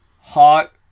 Hot